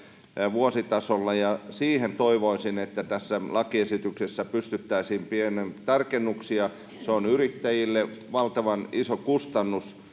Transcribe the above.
vuositasolla siihen toivoisin että tässä lakiesityksessä pystyttäisiin pieniin tarkennuksiin se on yrittäjille valtavan iso kustannus